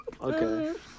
Okay